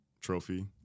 trophy